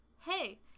Hey